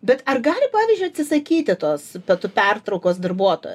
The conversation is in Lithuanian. bet ar gali pavyzdžiui atsisakyti tos pietų pertraukos darbuotoj